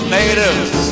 natives